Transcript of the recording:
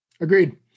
Agreed